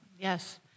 yes